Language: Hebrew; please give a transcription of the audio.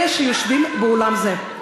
אלה שיושבים באולם זה.